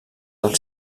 del